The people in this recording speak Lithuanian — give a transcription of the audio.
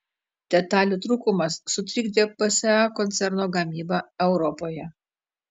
detalių trūkumas sutrikdė psa koncerno gamybą europoje